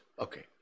Okay